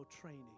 training